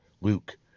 Luke